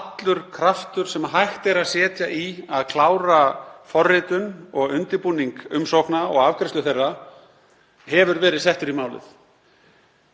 allur kraftur sem hægt er að setja í að klára forritun, undirbúning umsókna og afgreiðslu þeirra hefur verið settur í málið.